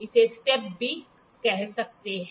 इसे स्टेप भी कह सकते हैं